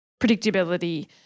predictability